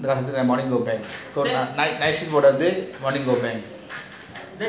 money go bank I I money go bank